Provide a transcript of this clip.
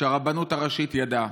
הרבנות הראשית ידעה